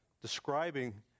describing